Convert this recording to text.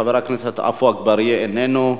חבר הכנסת עפו אגבאריה, איננו.